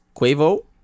Quavo